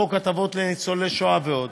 חוק הטבות לניצולי שואה ועוד,